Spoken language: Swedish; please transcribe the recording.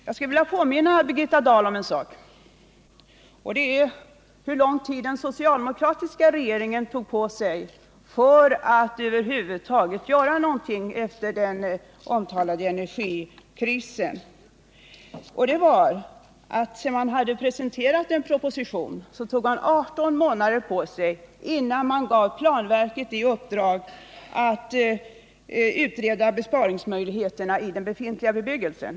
Jag skulle vilja påminna Birgitta Dahl om hur lång tid den socialdemokratiska regeringen tog på sig för att över huvud taget göra någonting efter den omtalade energikrisen. Sedan man hade presenterat en proposition tog man 18 månader på sig innan man gav planverket i uppdrag att utreda besparingsmöjligheterna i den befintliga bebyggelsen.